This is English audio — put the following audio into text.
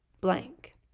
blank